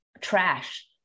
trash